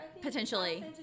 Potentially